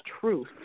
truth